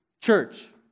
church